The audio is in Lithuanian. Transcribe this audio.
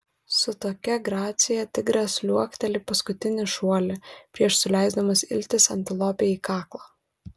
su tokia gracija tigras liuokteli paskutinį šuolį prieš suleisdamas iltis antilopei į kaklą